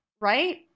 right